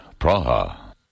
Praha